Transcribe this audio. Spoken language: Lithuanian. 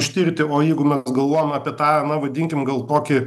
ištirti o jeigu mes galvojam apie tą na vadinkim gal kokį